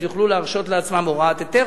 אז יוכלו להרשות לעצמם הוראת היתר.